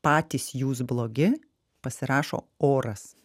patys jūs blogi pasirašo oras